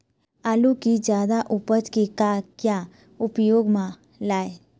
आलू कि जादा उपज के का क्या उपयोग म लाए?